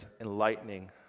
enlightening